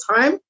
time